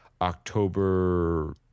October